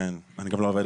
אני גם לא עובד.